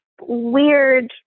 weird